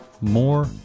more